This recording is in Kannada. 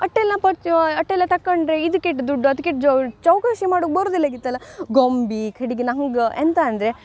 ಅಷ್ಟೆಲ್ಲ ಪಡ್ಚೂ ಅಷ್ಟೆಲ್ಲ ತಕೊಂಡ್ರೆ ಇದಕ್ಕೆ ಎಷ್ಟ್ ದುಡ್ಡು ಅದಕ್ಕೆ ಎಷ್ಟ್ ಜೌ ಚೌಕಾಶಿ ಮಾಡುಕ್ಕೆ ಬರುದಿಲ್ಲಾಗಿತ್ತಲ್ಲ ಗೊಂಬೆ ಕಡೆಗೆ ನಂಗೆ ಎಂತ ಅಂದರೆ